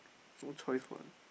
no choice [what]